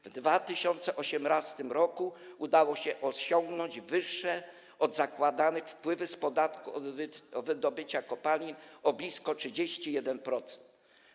W 2018 r. udało się osiągnąć wyższe od zakładanych wpływy z podatku od wydobycia kopalin o blisko 31%.